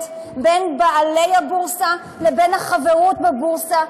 בין בעלי הבורסה לבין החברות בבורסה,